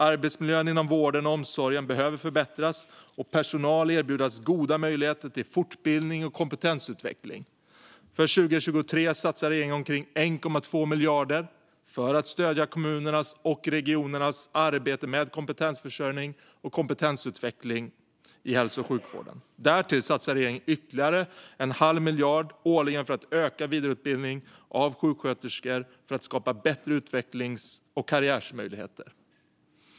Arbetsmiljön inom vården och omsorgen behöver förbättras och personal erbjudas goda möjligheteter till fortbildning och kompetensutveckling. För 2023 satsar regeringen omkring 1,2 miljarder för att stödja kommunernas och regionernas arbete med kompetensförsörjning och kompetensutveckling i hälso och sjukvården. Därtill satsar regeringen ytterligare en halv miljard årligen för att öka vidareutbildning av sjuksköterskor och för att skapa bättre utvecklings och karriärmöjligheter.